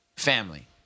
Family